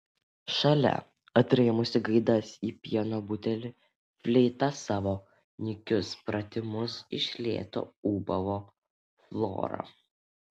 šalia atrėmusi gaidas į pieno butelį fleita savo nykius pratimus iš lėto ūbavo flora